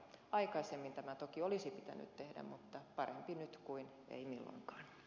aikaisemmin tämä toki olisi pitänyt tehdä mutta parempi nyt kuin ei milloinkaan